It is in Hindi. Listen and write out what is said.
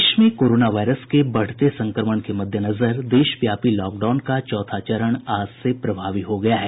देश में कोरोना वायरस के बढ़ते संक्रमण के मद्देनजर देशव्यापी लॉकडाउन का चौथा चरण आज से प्रभावी हो गया है